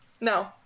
No